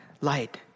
light